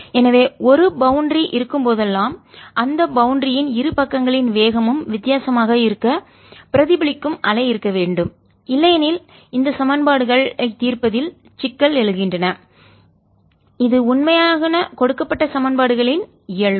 எனவே ஒரு பவுண்டரி எல்லை இருக்கும் போதெல்லாம் அந்த பௌண்டரி யின் எல்லை இரு பக்கங்களின் வேகமும் வித்தியாசமாக இருக்க பிரதிபலிக்கும் அலை இருக்க வேண்டும் இல்லையெனில் இந்த சமன்பாடுகளை தீர்ப்பதில் சிக்கல்கள் எழுகின்றனஇது உண்மையான கொடுக்கப்பட்ட சமன்பாடு களின் இயல்பு